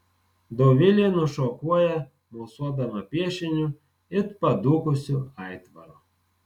dovilė nušokuoja mosuodama piešiniu it padūkusiu aitvaru